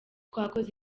twakoze